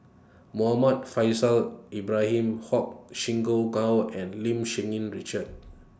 Muhammad Faishal Ibrahim Huang and Lim Cherng Yih Richard